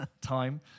time